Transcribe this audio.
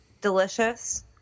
Delicious